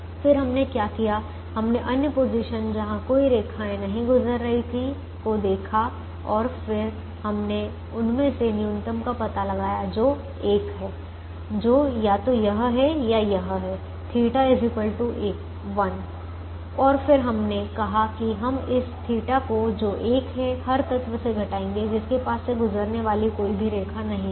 फिर हमने क्या किया हमने अन्य पोजीशन जहां कोई रेखाएं नहीं गुजर रही थीं को देखा और फिर हमने उनमें से न्यूनतम का पता लगाया जो 1 है जो या तो यह है या यह है θ 1 और फिर हमने कहा कि हम इस θ को जो 1 है हर तत्व से घटाएंगे जिसके पास से गुजरने वाली कोई भी रेखा नहीं है